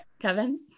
Kevin